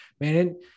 Man